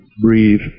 breathe